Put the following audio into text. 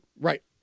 Right